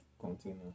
container